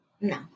No